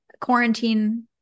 Quarantine